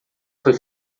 foi